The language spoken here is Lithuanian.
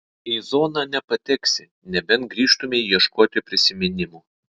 į zoną nepateksi nebent grįžtumei ieškoti prisiminimų